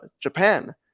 japan